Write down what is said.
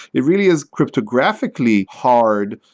it really is cryptographically hard.